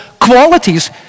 qualities